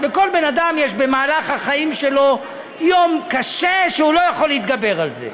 לכל בן-אדם יש במהלך החיים שלו יום קשה שהוא לא יכול להתגבר על זה.